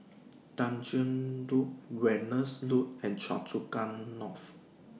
Tanjong Rhu Venus Road and Choa Chu Kang North